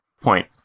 point